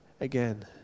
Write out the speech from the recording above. again